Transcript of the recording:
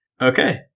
Okay